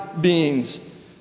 beings